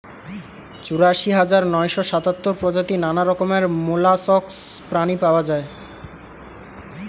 চুরাশি হাজার নয়শ সাতাত্তর প্রজাতির নানা রকমের মোল্লাসকস প্রাণী পাওয়া যায়